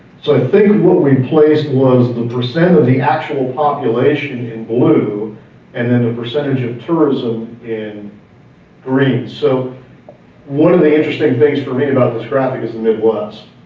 so i think what we placed was the percent of the actual population in blue and then the percentage of tourism in green. so one of the interesting things for me about this graphic is the midwest.